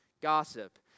gossip